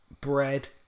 Bread